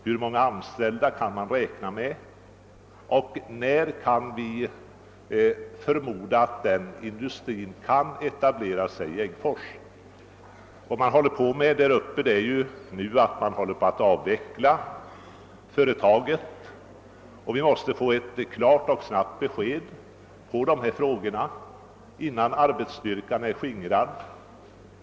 Hur många anställda kan man räkna med, och när kan vi förmoda att denna industri kan etablera sig i Äggfors? Man håller nu på att avveckla företaget, och vi måste få ett klart och snabbt besked på dessa frågor innan arbetsstyrkan skingras.